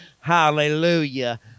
Hallelujah